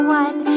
one